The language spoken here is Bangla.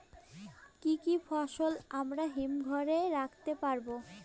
কি কি ফসল আমরা হিমঘর এ রাখতে পারব?